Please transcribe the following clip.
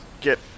get